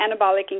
anabolic